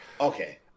Okay